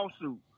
lawsuit